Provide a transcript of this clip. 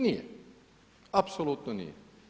Nije, apsolutno nije.